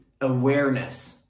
awareness